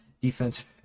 defense